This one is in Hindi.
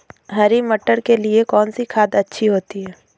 हरी मटर के लिए कौन सी खाद अच्छी होती है?